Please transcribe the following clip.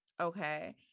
Okay